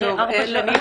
אחרי ארבע שנים?